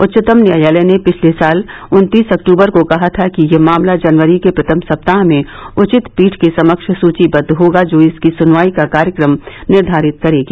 उच्चतम न्यायालय ने पिछले साल उन्तीस अक्टूबर को कहा था कि यह मामला जनवरी के प्रथम सप्ताह में उचित पीठ के समक्ष सूचीबद्व होगा जो इसकी सुनवाई का कार्यक्रम निर्धारित करेगी